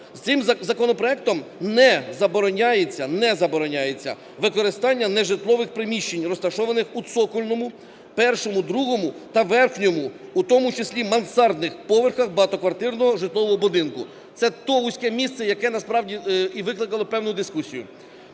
не забороняється, не забороняється використання нежитлових приміщень, розташованих у цокольному першому, другому та верхньому, у тому числі мансардних поверхах багатоквартирного житлового будинку. Це те вузьке місце, яке насправді і викликало певну дискусію.